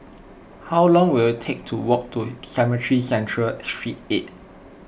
how long will it take to walk to Cemetry Central Street eight